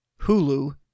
Hulu